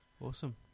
Awesome